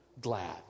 glad